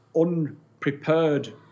unprepared